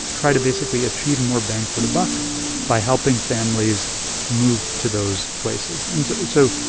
try to basically achieve more bang for the buck by helping families move to those places and so so,